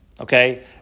okay